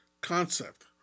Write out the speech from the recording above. concept